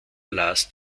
las